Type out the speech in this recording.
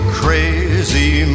crazy